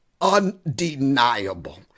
undeniable